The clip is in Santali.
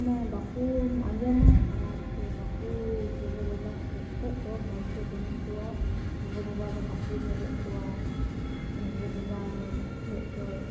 ᱵᱟᱠᱚ ᱟᱸᱡᱚᱢᱟ ᱟᱨ ᱥᱮ ᱵᱟᱠᱚ ᱜᱚᱜᱚᱼᱵᱟᱵᱟ ᱥᱚᱛᱮᱡᱫᱚ ᱢᱚᱡᱽᱫᱚ ᱵᱟᱹᱱᱩᱜ ᱠᱚᱣᱟ ᱦᱚᱲᱫᱚ ᱵᱟᱹᱱᱩᱜ ᱠᱚᱣᱟ ᱜᱚᱼᱵᱟᱵᱟᱫᱚ ᱵᱟᱠᱚ ᱧᱮᱞᱮᱫ ᱠᱚᱣᱟ ᱜᱚᱜᱚᱼᱵᱟᱵᱟᱴᱷᱮᱡ ᱚᱪᱚᱜ ᱠᱟᱛᱮᱫ